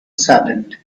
saddened